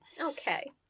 Okay